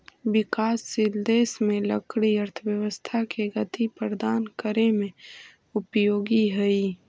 विकासशील देश में लकड़ी अर्थव्यवस्था के गति प्रदान करे में उपयोगी हइ